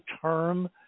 term